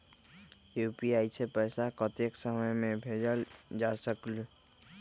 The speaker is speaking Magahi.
यू.पी.आई से पैसा कतेक समय मे भेजल जा स्कूल?